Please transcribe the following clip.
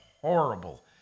horrible